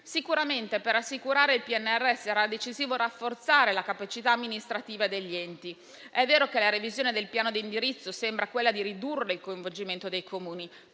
Sicuramente per assicurare il PNRR sarà decisivo rafforzare la capacità amministrativa degli enti. È vero che la revisione del piano di indirizzo sembra quella di ridurre il coinvolgimento dei Comuni,